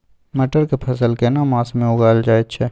मटर के फसल केना मास में उगायल जायत छै?